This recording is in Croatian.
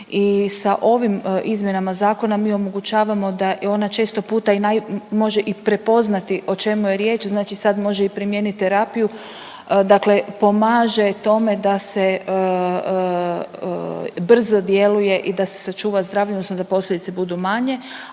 sa ovim izmjenama zakona mi omogućavamo da ona često puta i naj može i prepoznati o čemu je riječ, znači sad može i primijenit terapiju. Dakle pomaže tome da se brzo djeluje i da se sačuva zdravlje odnosno da posljedice budu manje,